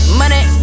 money